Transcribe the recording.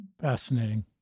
Fascinating